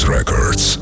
Records